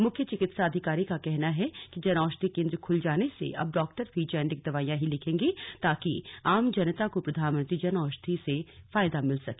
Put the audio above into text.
मुख्य चिकित्साधिकारी का कहना है कि जनऔषधि केन्द्र खुल जाने से अब डाक्टर भी जेनेरिक दवाइंया ही लिखेंगे ताकि आम जनता को प्रधानमंत्री जन औषधि से फायदा मिल सके